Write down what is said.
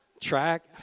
Track